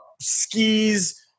skis